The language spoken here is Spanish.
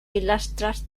pilastras